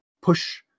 push